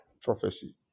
prophecy